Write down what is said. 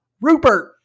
Rupert